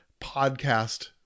podcast